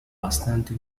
bastante